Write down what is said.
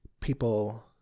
people